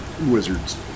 wizards